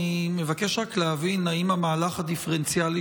אני מבקש רק להבין אם המהלך הדיפרנציאלי,